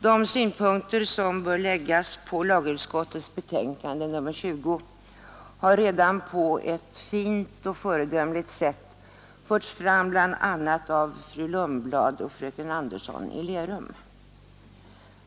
De synpunkter som bör anläggas på lagutskottets betänkande nr 20 har redan på ett fint och föredömligt sätt förts fram av bl.a. fru Lundblad och fröken Anderson i Lerum.